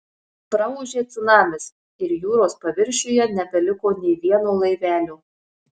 praūžė cunamis ir jūros paviršiuje nebeliko nė vieno laivelio